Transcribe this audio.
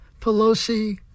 Pelosi